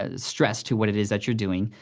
ah stress to what it is that you're doing,